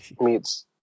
meets